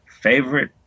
favorite